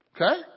Okay